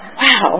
wow